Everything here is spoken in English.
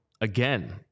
Again